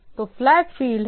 तो flag field हैं